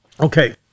Okay